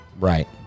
right